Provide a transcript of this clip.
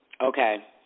Okay